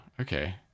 okay